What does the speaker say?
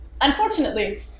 Unfortunately